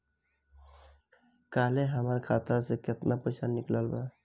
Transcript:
काल्हे हमार खाता से केतना पैसा निकलल बा?